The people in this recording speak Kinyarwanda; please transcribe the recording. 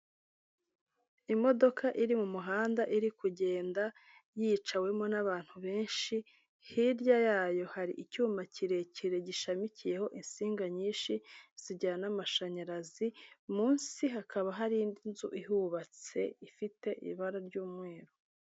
Imodoka iri mu muhanda iri kugenda yicawemo n'abantu benshi, hirya yayo hari icyuma kirekire gishamikiyeho insinga nyinshi zijyana amashanyarazi, munsi hakaba hari indi nzu ihubatse, ifite ibara ry'umweru.